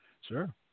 Sure